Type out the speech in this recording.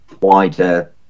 wider